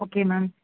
okay ma'am